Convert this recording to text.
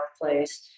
workplace